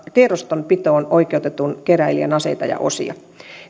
tiedostonpitoon oikeutetun keräilijän aseita ja osia